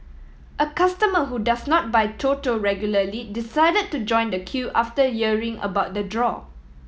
a customer who does not buy Toto regularly decided to join the queue after hearing about the draw